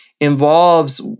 involves